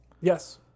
yes